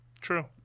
True